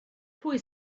pwy